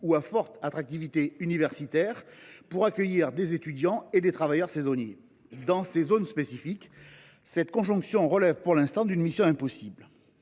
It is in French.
ou à forte attractivité universitaire, afin d’accueillir des étudiants et des travailleurs saisonniers. Dans ces zones spécifiques, une telle ambition semble pour l’instant mission impossible.